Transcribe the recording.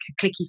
clicky